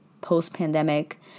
post-pandemic